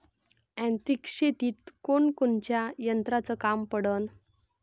यांत्रिक शेतीत कोनकोनच्या यंत्राचं काम पडन?